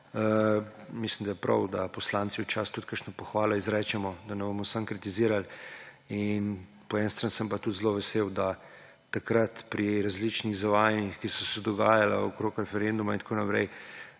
mislim, da je prav, da poslanci včasih tudi kakšne pohvale izrečemo, da ne bomo samo kritizirali. Po eni strani sem pa tudi zelo vesel, da takrat pri različnih zavajanjih, ki so se dogajala okoli referenduma in tako naprej,